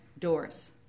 doors